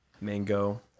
mango